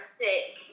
sick